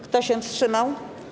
Kto się wstrzymał?